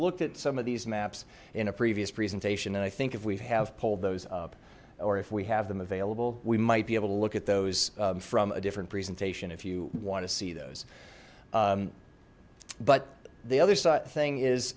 looked at some of these maps in a previous presentation and i think if we have pulled those up or if we have them available we might be able to look at those from a different presentation if you want to see those but the other side thing is